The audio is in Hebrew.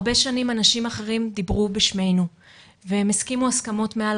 הרבה שנים אנשים אחרים דיברו בשמנו והם הסכימו הסכמות מעל